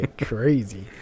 Crazy